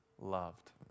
loved